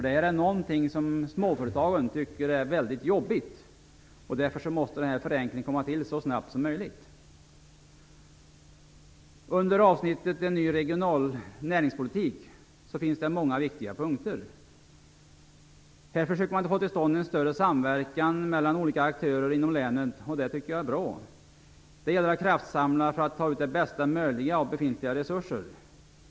Det är någonting som småföretagen tycker är väldigt jobbigt. Därför måste förenklingen komma så snabbt som möjligt. Under avsnittet en ny regional näringspolitik finns det många viktiga punkter. Här försöker man få till stånd en större samverkan mellan olika aktörer inom länen, och det tycker jag är bra. Det gäller att kraftsamla för att ta ut det bästa möjliga av befintliga resurser.